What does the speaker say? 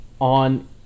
on